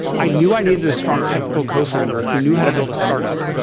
i knew i needed a strong technical co-founder who knew how to build a startup,